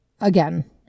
again